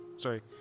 Sorry